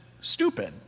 stupid